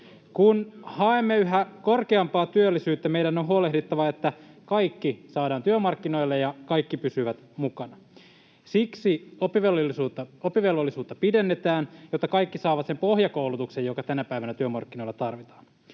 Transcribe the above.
Kun haemme yhä korkeampaa työllisyyttä, meidän on huolehdittava, että kaikki saadaan työmarkkinoille ja kaikki pysyvät mukana. Siksi oppivelvollisuutta pidennetään, jotta kaikki saavat sen pohjakoulutuksen, joka tänä päivänä työmarkkinoilla tarvitaan.